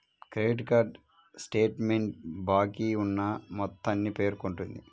credit card statement బాకీ ఉన్న మొత్తాన్ని పేర్కొంటుంది